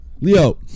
Leo